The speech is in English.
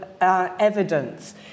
evidence